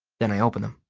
then i open them.